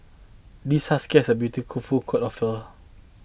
this husky has a beautiful coat of fur